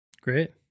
Great